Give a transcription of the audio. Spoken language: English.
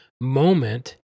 moment